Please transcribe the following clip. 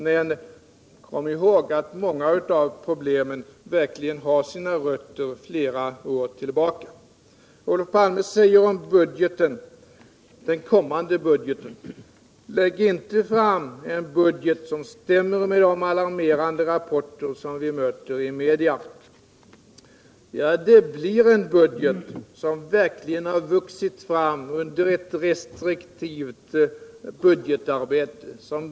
Men kom ihåg att många av problemen verkligen har sina rötter flera år tillbaka. Olof Palme säger om den kommande budgeten: Lägg inte fram en budget som stämmer med de alarmerande rapporter vi möter i media. Ja, det blir en budget som verkligen har vuxit fram under ett restriktivt budgetarbete.